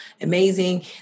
amazing